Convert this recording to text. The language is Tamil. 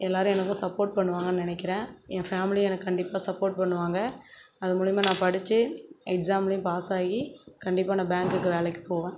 எல்லோரும் எனக்கும் சப்போர்ட் பண்ணுவாங்கன்னு நினைக்கிறேன் என் ஃபேமிலியும் எனக்கு கண்டிப்பாக சப்போர்ட் பண்ணுவாங்கள் அது மூலிமா நான் படித்து எக்ஸாம்லேயும் பாஸ் ஆகி கண்டிப்பாக நான் பேங்குக்கு வேலைக்கு போவேன்